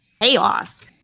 chaos